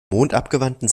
mondabgewandten